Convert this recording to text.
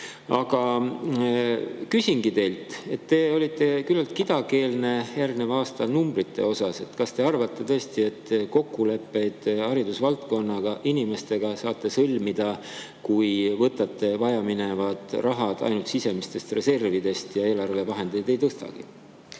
küsingi teilt. Te olite küllaltki kidakeelne järgneva aasta numbrite osas. Kas te arvate tõesti, et te kokkuleppeid haridusvaldkonna inimestega saate sõlmida, kui võtate vajamineva raha ainult sisemistest reservidest ja eelarvevahendeid ei tõstagi?